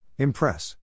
Impress